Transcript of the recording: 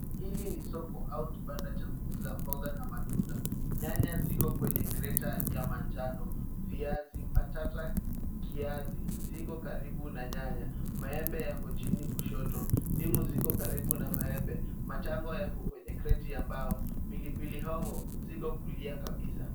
Hili ni soko au kibanda cha kuuza mboga na matunda. Nyanya ziko kwenye kreti ya manjano. Viazi mbatata kiasi ziko karibu na nyanya. Maembe yako chini kushoto. Ndimu ziko karibu na maembe. Matango yako kwenye kreti ya mbao. Pilipil hoho ziko kulia kabisa.